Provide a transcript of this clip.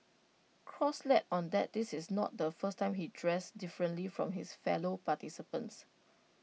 cross let on that this is not the first time he dressed differently from his fellow participants